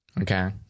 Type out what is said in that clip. Okay